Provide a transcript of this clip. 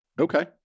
Okay